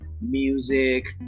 music